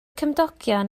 cymdogion